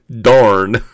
Darn